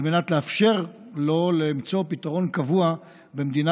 על מנת לאפשר לו למצוא פתרון קבוע במדינה